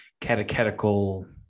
catechetical